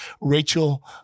Rachel